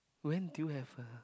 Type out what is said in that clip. when do you have a